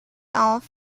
auf